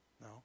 No